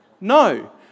No